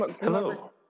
hello